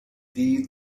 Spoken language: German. die